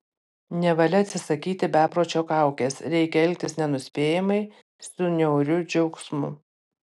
nevalia atsisakyti bepročio kaukės reikia elgtis nenuspėjamai su niauriu džiaugsmu